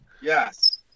Yes